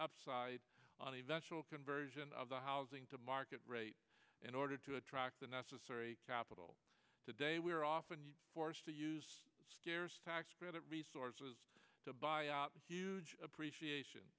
upside on the eventual conversion of the housing to market rate in order to attract the necessary capital today we are often forced to use scarce tax credit resources to buy out the huge appreciation